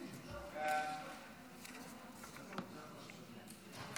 חוק הכנסת (תיקון מס' 52),